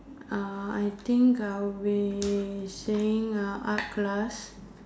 uh I think I'll be saying uh art class